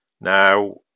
Now